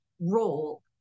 role